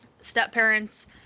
step-parents